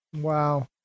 Wow